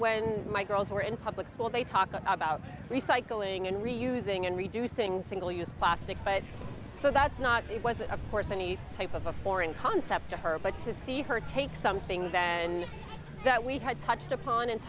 when my girls were in public school they talk about recycling and reusing and reducing single use plastic but so that's not it was a force any type of a foreign concept to her but to see her take something that and that we had touched upon and